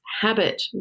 habit